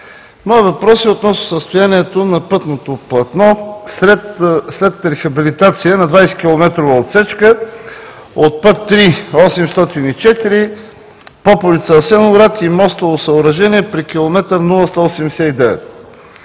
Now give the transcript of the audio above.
Моят въпрос е относно състоянието на пътното платно след рехабилитация на 20-километрова отсечка от път ІІІ 804 Поповица Асеновград и мостово съоръжение при километър